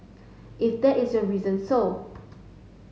if that is your reason so